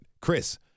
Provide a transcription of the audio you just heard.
Chris